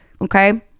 Okay